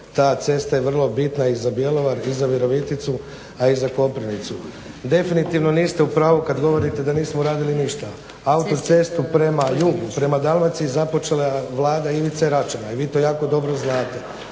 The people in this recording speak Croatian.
Ta cesta je vrlo bitna i za Bjelovar i za Viroviticu, a i za Koprivnicu. Definitivno niste u pravu kad govorite da nismo uradili ništa. Autocestu prema jugu, prema Dalmaciji započela je Vlada Ivice Račana i vi to jako dobro znate.